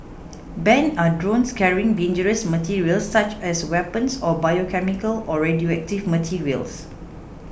banned are drones carrying dangerous materials such as weapons or biochemical or radioactive materials